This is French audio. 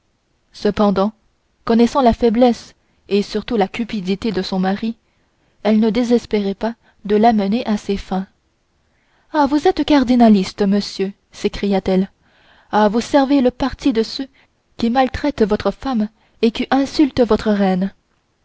cependant connaissant la faiblesse et surtout la cupidité de son mari elle ne désespérait pas de l'amener à ses fins ah vous êtes cardinaliste monsieur s'écria-t-elle ah vous servez le parti de ceux qui maltraitent votre femme et qui insultent votre reine